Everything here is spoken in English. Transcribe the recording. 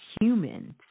humans